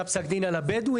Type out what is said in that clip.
היה פסק דין על הבדואים.